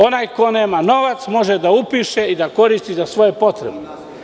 Onaj ko nema novac može da upiše i da koristi za svoje potrebe.